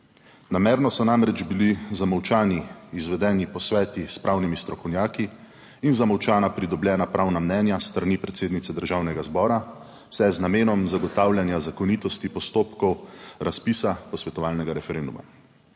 Namerno so namreč bili zamolčani izvedeni posveti s pravnimi strokovnjaki in zamolčana pridobljena pravna mnenja s strani predsednice Državnega zbora, vse z namenom zagotavljanja zakonitosti postopkov razpisa posvetovalnega referenduma.